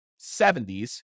70s